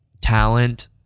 talent